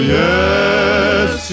yes